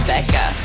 Becca